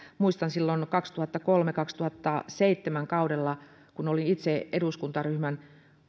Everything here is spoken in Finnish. muistan kun kaudella kaksituhattakolme viiva kaksituhattaseitsemän kun olin itse eduskuntaryhmän